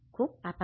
ખુબ ખુબ આભાર